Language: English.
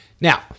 Now